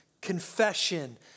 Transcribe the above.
confession